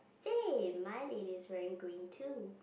same my ladies wearing green too